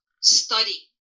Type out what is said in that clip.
study